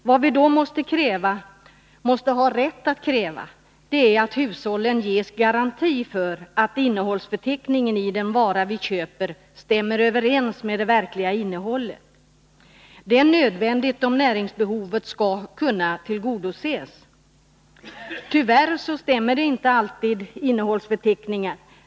Vad vi då har rätt att kräva är att hushållen ges garantier för att innehållsförteckningen på den vara vi köper stämmer överens med det verkliga innehållet. Detta är nödvändigt om näringsbehovet skall kunna tillgodoses. Tyvärr stämmer inte alltid innehållsdeklarationerna.